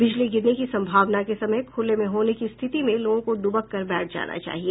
बिजली गिरने की संभावना के समय खुले में होने की स्थिति में लोगों को दुबक कर बैठ जाना चाहिए